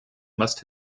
must